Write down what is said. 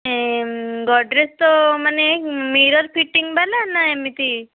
ଗଡ଼ରେଜ୍ ତ ମାନେ ମିରର୍ ଫିଟିଂବାଲା ନା ଏମିତି